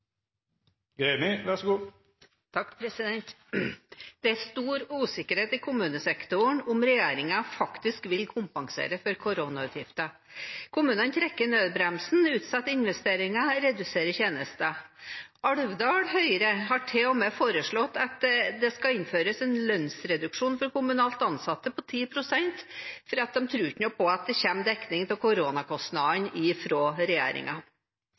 stor usikkerhet i kommunesektoren om hvorvidt regjeringen faktisk vil kompensere for koronautgifter. Kommunene trekker i nødbremsen, utsetter investeringer og reduserer tjenestetilbudet. Alvdal Høyre har til og med foreslått at det skal innføres en lønnsreduksjon for kommunalt ansatte på 10 pst., for de tror ikke noe på at det kommer en dekning av